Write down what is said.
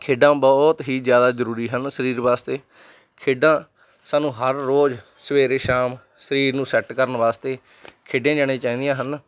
ਖੇਡਾਂ ਬਹੁਤ ਹੀ ਜ਼ਿਆਦਾ ਜ਼ਰੂਰੀ ਹਨ ਸਰੀਰ ਵਾਸਤੇ ਖੇਡਾਂ ਸਾਨੂੰ ਹਰ ਰੋਜ਼ ਸਵੇਰੇ ਸ਼ਾਮ ਸਰੀਰ ਨੂੰ ਸੈੱਟ ਕਰਨ ਵਾਸਤੇ ਖੇਡੀਆਂ ਜਾਣੀਆਂ ਚਾਹੀਦੀਆਂ ਹਨ